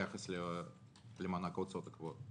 ביחס למענק ההוצאות הקבועות.